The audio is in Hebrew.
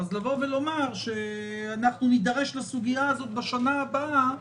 לכן לומר שנידרש לסוגיה הזאת בשנה הבאה,